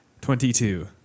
Twenty-two